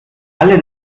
alle